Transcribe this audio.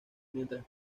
mientras